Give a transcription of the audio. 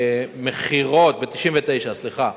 ב-1999, סליחה.